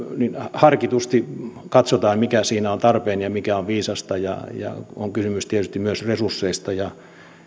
harkitusti katsotaan mikä siinä on tarpeen ja mikä on viisasta ja ja on kysymys tietysti myös resursseista ja